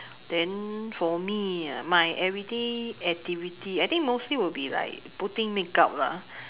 then for me my everyday activity I think mostly will be like putting makeup lah